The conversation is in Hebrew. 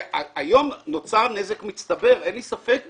היום נוצר נזק מצטבר ואין לי ספק בכך,